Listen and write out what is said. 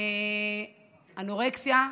אנורקסיה,